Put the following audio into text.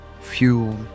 fuel